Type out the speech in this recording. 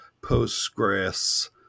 Postgres